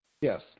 Yes